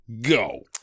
go